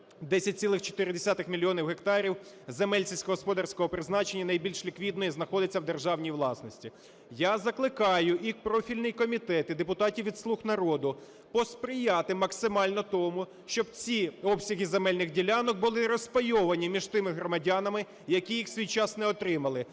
10,4 мільйона гектарів земель сільськогосподарського призначення найбільш ліквідних знаходяться в держаній власності. Я закликаю і профільний комітет, і депутатів від "Слуги народу" посприяти максимально тому, щоб ці обсяги земельних ділянок були розпайовані між тими громадянами, які їх у свій час не отримали.